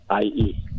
IE